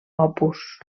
opus